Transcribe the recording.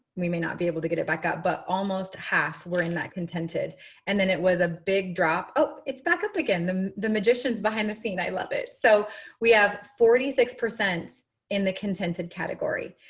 we may not be able to get it back up, but almost half were in that contented and then it was a big drop. it's back up again. the the magicians behind the scene. i love it. so we have forty six percent in the contented category.